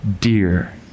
dear